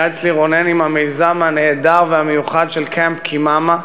היה אצלי רונן עם המיזם הנהדר והמיוחד של Camp Kimama.